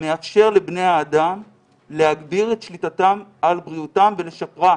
שמאפשר לבני האדם להגביר את שליטתם על בריאותם ולשפרה.